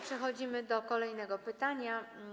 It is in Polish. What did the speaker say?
Przechodzimy do kolejnego pytania.